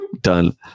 Done